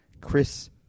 Chris